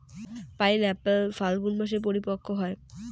pineapple ফাল্গুন মাসে পরিপক্ব হয়